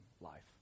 life